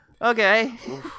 Okay